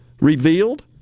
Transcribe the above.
revealed